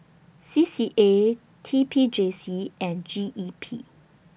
C C A T P J C and G E P